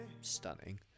Stunning